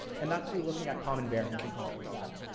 and that's through looking at common variance and things like that. ah,